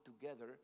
together